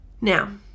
Now